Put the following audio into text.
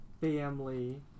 family